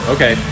Okay